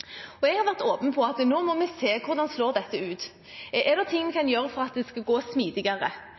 Jeg har vært åpen for at vi nå må se på hvordan dette slår ut. Er det noe man kan gjøre for at det kan gå smidigere?